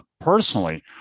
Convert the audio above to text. personally